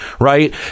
right